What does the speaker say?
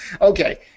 Okay